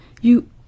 You—